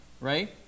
right